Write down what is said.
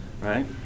right